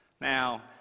Now